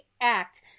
act